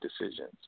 decisions